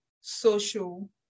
social